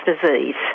disease